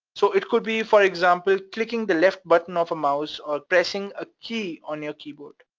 so it could be, for example, clicking the left button of a mouse, or pressing a key on your keyboard.